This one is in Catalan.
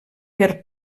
per